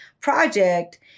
project